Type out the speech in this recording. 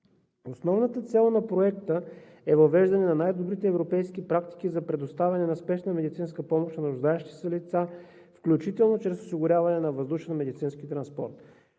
Основната цел на Проекта е въвеждане на най-добрите европейски практики за предоставяне на спешна медицинска помощ на нуждаещите се лица, включително чрез осигуряване на въздушен медицински транспорт.